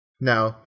no